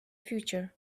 future